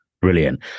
Brilliant